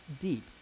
deep